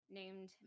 named